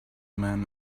man